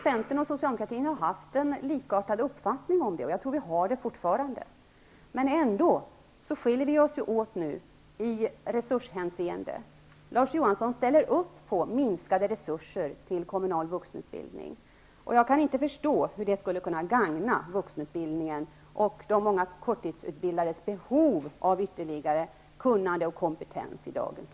Centern och Socialdemokraterna har haft en likartad uppfattning om detta. Jag tror att vi fortfarande har det, men ändå skiljer vi oss åt nu i resurshänseende. Larz Johansson ställer upp på minskade resurser till kommunal vuxenutbildning. Jag kan inte förstå hur det i dagens situation skulle kunna gagna vuxenutbildningen och de många korttidsutbildades behov av ytterligare kunnande och kompetens.